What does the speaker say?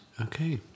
Okay